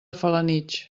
felanitx